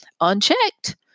unchecked